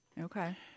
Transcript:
Okay